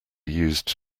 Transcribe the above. used